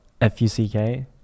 F-U-C-K